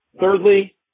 Thirdly